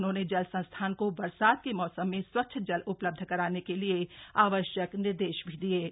उन्होंने जल संस्थान को बरसात के मौसम में स्वच्छ जल उपलब्ध कराने के लिए आवश्यक निर्देश भी दिए गए